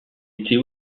était